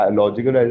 logical